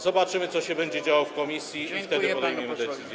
Zobaczymy, co się będzie działo w komisji, i wtedy podejmiemy decyzję.